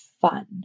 fun